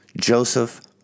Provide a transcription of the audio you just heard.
Joseph